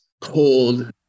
cold